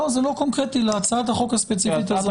לא, זה לא קונקרטי להצעת החוק הספציפית הזאת.